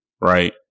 right